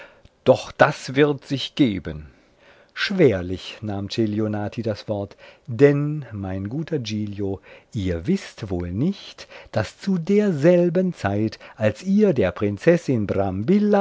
doch das wird sich geben schwerlich nahm celionati das wort denn mein guter giglio ihr wißt wohl nicht daß zu derselben zeit als ihr der prinzessin